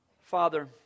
Father